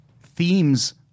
themes